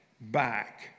back